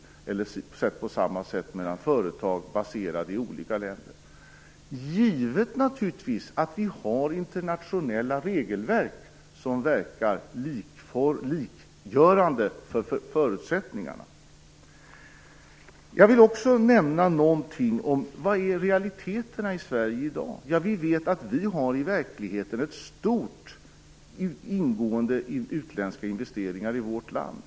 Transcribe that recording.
Man kan se på samma sätt på företag som är baserade i olika länder, givet att vi har internationella regelverk som verkar likgörande för förutsättningarna. Jag vill också nämna någonting om realiterna i Sverige i dag. Vi vet att vi i verkligheten har stora ingående utländska investeringar i vårt land.